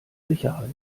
sicherheit